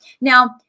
Now